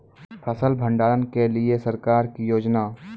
फसल भंडारण के लिए सरकार की योजना?